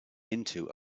into